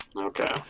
okay